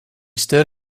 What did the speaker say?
stood